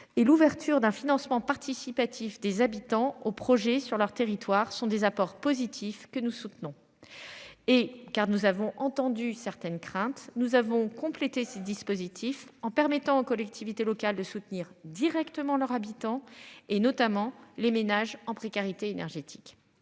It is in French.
Et l'ouverture d'un financement participatif des habitants au projet sur leur territoire sont des apports positifs que nous soutenons. Et car nous avons entendu certaines craintes. Nous avons complété ce dispositif en permettant aux collectivités locales de soutenir directement leurs habitants et notamment les ménages en précarité énergétique.